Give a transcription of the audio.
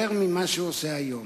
יותר ממה שהוא עושה היום.